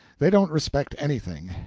they don't respect anything,